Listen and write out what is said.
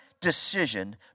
decision